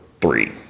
three